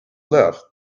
love